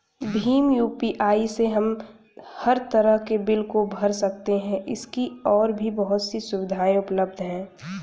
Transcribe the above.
Bhim UPI से हम हर तरह के बिल को भर सकते है, इसकी और भी बहुत सी सुविधाएं उपलब्ध है